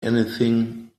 anything